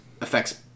affects